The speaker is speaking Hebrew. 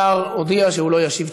השר הודיע שהוא לא ישיב.